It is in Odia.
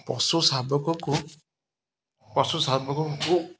ପଶୁ ଶାବକଙ୍କୁ ପଶୁ ଶାବକଙ୍କୁ